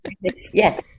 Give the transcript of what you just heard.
Yes